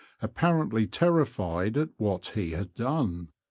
apparently terrified at what he had done.